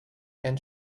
and